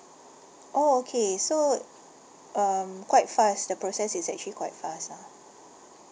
orh okay so um quite fast the process is actually quite fast ah